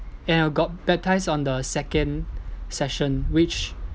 and I got baptised on the second session which